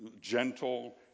gentle